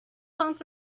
punk